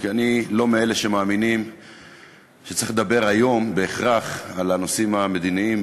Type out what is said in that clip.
כי אני לא מאלה שמאמינים שצריך לדבר היום בהכרח על הנושאים המדיניים,